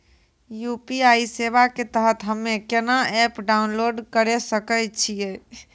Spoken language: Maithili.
यु.पी.आई सेवा के तहत हम्मे केना एप्प डाउनलोड करे सकय छियै?